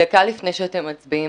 דקה לפני שאתם מצביעים